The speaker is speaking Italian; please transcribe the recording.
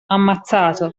ammazzato